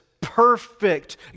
perfect